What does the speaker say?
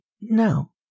No